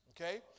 Okay